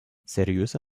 seriöse